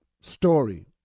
story